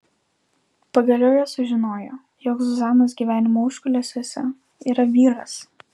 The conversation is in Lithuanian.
pagaliau jos sužinojo jog zuzanos gyvenimo užkulisiuose yra vyras